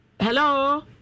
Hello